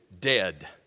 dead